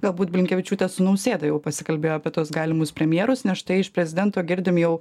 galbūt blinkevičiūtė su nausėda jau pasikalbėjo apie tuos galimus premjerus nes štai iš prezidento girdim jau